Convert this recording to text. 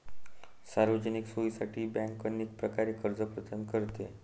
सार्वजनिक सोयीसाठी बँक अनेक प्रकारचे कर्ज प्रदान करते